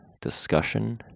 discussion